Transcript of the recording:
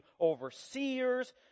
overseers